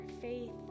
faith